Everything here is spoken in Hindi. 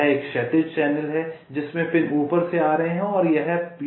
यह एक क्षैतिज चैनल है जिसमें पिन ऊपर से आ रहे हैं और यहां पिन उपलब्ध हैं